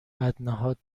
بدنهاد